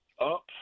up